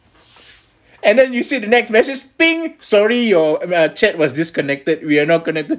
and then you see the next message ping sorry you're uh chat was disconnected we're not connected